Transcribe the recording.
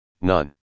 none